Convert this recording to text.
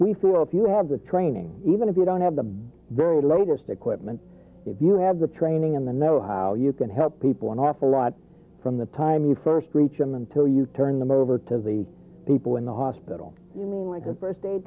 we feel if you have the training even if you don't have the very latest equipment if you have the training and the know how you can help people an awful lot from the time you first reach him until you turn them over to the people in the hospital you mean like a first